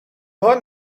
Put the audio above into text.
حال